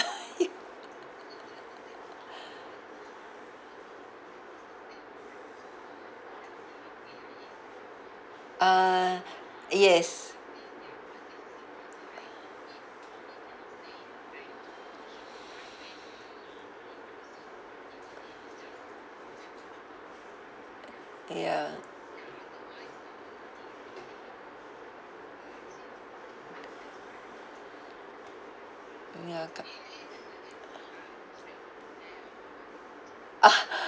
uh yes ya ya cu~